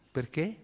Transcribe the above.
Perché